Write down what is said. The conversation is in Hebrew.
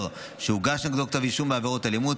שהוגש נגדו כתב אישום בעבירות אלימות,